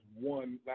one